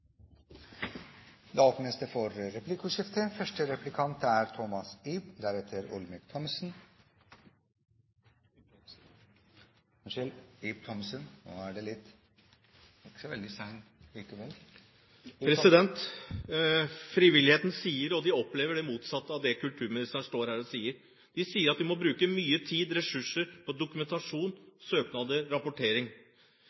Det blir replikkordskifte på inntil fem replikker med svar, som vedtatt. Frivilligheten sier – og de opplever det motsatte av det kulturministeren står her og sier – at de må bruke mye tid, ressurser på